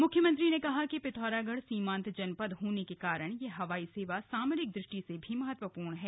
मुख्यमंत्री ने कहा कि पिथौरागढ़ सीमान्त जनपद होने के कारण यह हवाई सेवा सामरिक दृष्टि से भी महत्वपूर्ण है